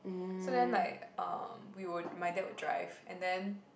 so then like uh we would my dad will drive and then